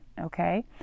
okay